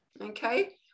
Okay